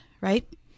right